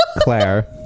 Claire